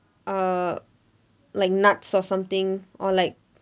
uh like nuts or something or like